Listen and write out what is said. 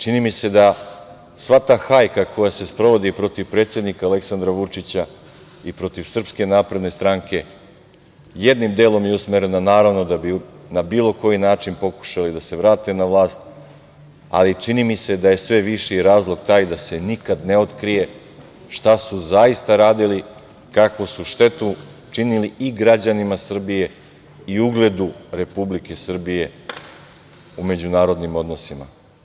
Čini mi se da sva ta hajka koja se sprovodi protiv predsednika Aleksandra Vučića i protiv SNS jednim delom je usmerena naravno da bi na bilo koji način pokušali da se vrate na vlast, ali čini mi se da je sve veći razlog taj da se nikad ne otkrije šta su zaista radili, kakvu su štetu činili i građanima Srbije i ugledu Republike Srbije u međunarodnim odnosima.